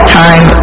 time